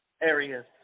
areas